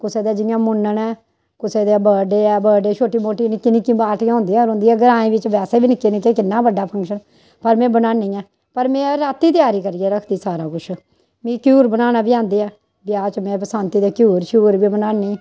कुसै दे जि'यां मूनन ऐ कुसै दे ब'डे ऐ ब'डे छोटी मोटी नि'क्की नि'क्की पार्टियां होंदियां रौहंदियां ग्राएं बिच वैसे बी नि'क्के नि'क्के कि'न्ना बड्डा फंक्शन पर में बनानी आं पर में रातीं त्यारी करिये रखदी सारा कुछ मिगी घ्यूर बनाना बी आंदे ऐ ब्याह् च में सांती दे घ्यूर श्यूर बी बनानी